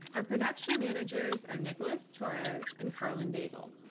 our production managers are nicholas torres and karlyn daigle.